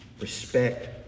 respect